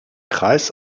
kreis